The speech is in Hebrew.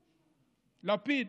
החוץ לפיד